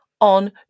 on